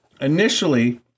initially